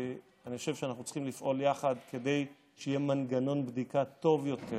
אני חושב שאנחנו צריכים לפעול יחד כדי שיהיה מנגנון בדיקה טוב יותר